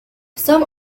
some